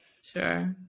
Sure